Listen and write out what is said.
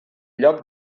lloc